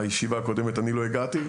בישיבה הקודמת אני לא הגעתי,